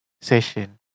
session